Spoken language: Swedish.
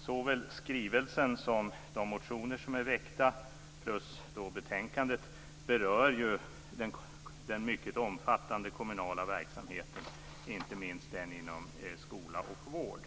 Såväl skrivelsen som de motioner som är väckta plus betänkandet berör den mycket omfattande kommunala verksamheten - inte minst den inom skola och vård.